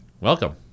welcome